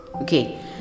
Okay